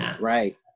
Right